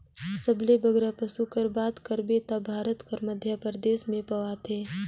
सबले बगरा पसु कर बात करबे ता भारत कर मध्यपरदेस में पवाथें